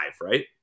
right